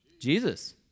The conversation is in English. Jesus